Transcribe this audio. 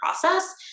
process